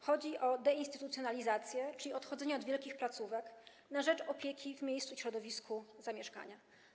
Chodzi o deinstytucjonalizację, czyli odchodzenie od wielkich placówek na rzecz opieki w środowisku zamieszkania.